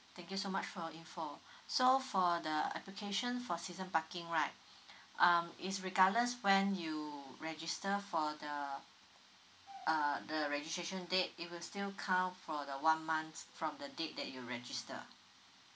thank you so much for your info so for the application for season parking right um is regardless when you register for the uh the registration date it will still count for the one month from the date that you register